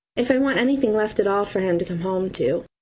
if i want anything left at all for him to come home to.